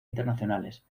internacionales